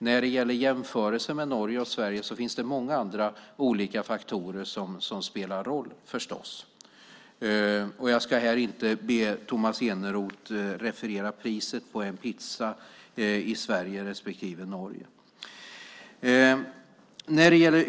När det gäller jämförelsen Norge-Sverige finns många andra viktiga faktorer som spelar roll - förstås. Jag ska här inte be Tomas Eneroth referera priset på en pizza i Sverige respektive Norge.